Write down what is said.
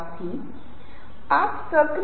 ध्वनियों को बहुत विचलित न करें